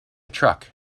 truck